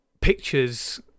pictures